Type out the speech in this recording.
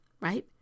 right